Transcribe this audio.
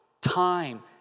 Time